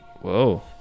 Whoa